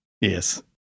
Yes